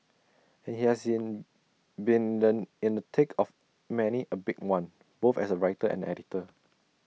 and he has been the in the thick of many A big one both as writer and editor